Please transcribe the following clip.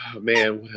Man